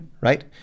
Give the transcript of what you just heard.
right